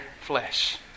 flesh